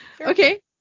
okay